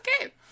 Okay